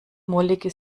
mollige